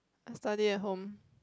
I study at home